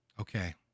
Okay